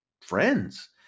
friends